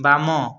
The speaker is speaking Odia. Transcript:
ବାମ